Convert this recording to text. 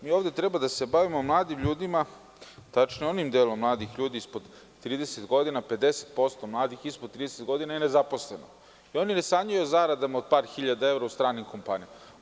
Mi ovde treba da se bavimo mladim ljudima, tačnije onim delom mladih ljudi ispod po 30 godina, 50% mladih ispod 30 godina je nezaposleno i oni ne sanjaju o zaradama od par hiljada evra u stranim kompanijama.